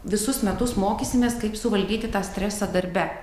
visus metus mokysimės kaip suvaldyti tą stresą darbe